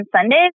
sundays